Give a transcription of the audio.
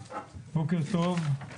בוקר טוב.